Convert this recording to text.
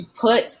put